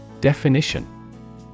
Definition